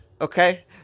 Okay